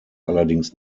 allerdings